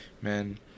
man